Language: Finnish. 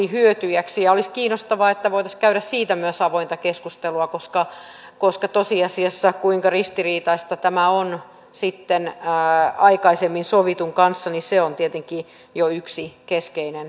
olisi kiinnostavaa että voitaisiin käydä siitä myös avointa keskustelua koska tosiasiassa se kuinka ristiriitaista tämä on sitten aikaisemmin sovitun kanssa on tietenkin jo yksi keskeinen kysymys